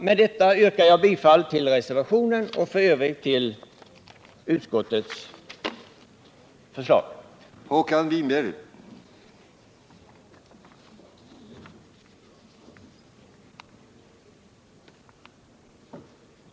Med detta yrkar jag bifall till reservationen och i övrigt till utskottets förslag.